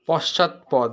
পশ্চাৎপদ